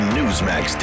Newsmax